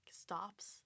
stops